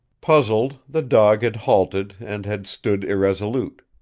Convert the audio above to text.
puzzled, the dog had halted and had stood irresolute.